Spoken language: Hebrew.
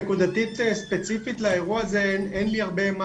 נקודתית ספציפית לאירוע הזה אין לי הרבה מה